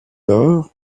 lors